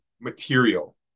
material